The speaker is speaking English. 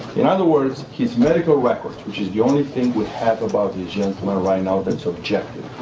in other words, his medical records, which is the only thing we have about this gentleman right now, that's objective,